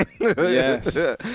Yes